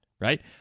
right